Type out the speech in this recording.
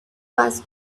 was